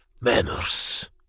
manners